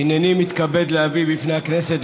הינני מתכבד להביא בפני הכנסת,